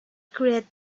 create